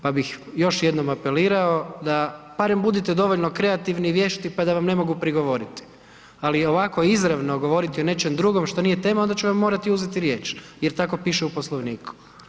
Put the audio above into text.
Pa bih još jednom apelirao, da barem budite dovoljno kreativni i vješti pa da vam ne mogu prigovoriti, ali ovako izravno govoriti o nečem drugom što nije tema, onda ću vam morati uzeti riječ jer tako piše u Poslovniku.